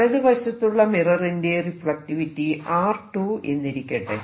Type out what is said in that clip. വലതുവശത്തുള്ള മിററിന്റെ റിഫ്ലക്റ്റിവിറ്റി R2 എന്നിരിക്കട്ടെ